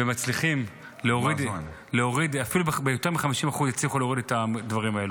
-- ומצליחים להוריד אפילו ביותר מ-50% את הדברים האלו.